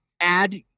add